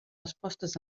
respostes